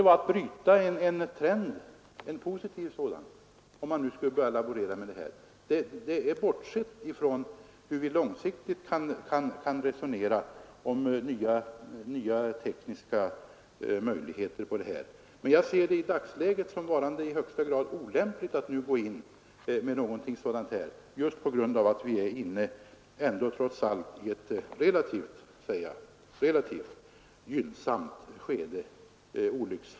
Bortsett från hur vi långsiktigt kan börja resonera om nya tekniska möjligheter anser jag att det skulle vara att bryta en positiv trend, om man nu skulle börja laborera med detta. I dagsläget ser jag det som i högsta grad olämpligt att nu påbörja något sådant just därför att vi, trots allt, olycksfallsmässigt är inne i ett relativt gynnsamt skede.